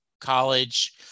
college